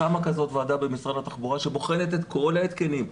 קמה כזאת ועדה במשרד התחבורה שבוחנת את כל ההתקנים,